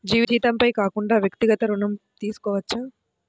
జీతంపై కాకుండా వ్యక్తిగత ఋణం తీసుకోవచ్చా?